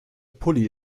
pulli